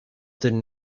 didn’t